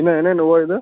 ಇನ್ನೂ ಏನೇನು ಹೂವ ಇದೆ